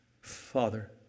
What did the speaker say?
Father